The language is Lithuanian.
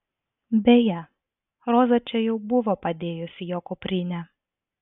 beje roza čia jau buvo padėjusi jo kuprinę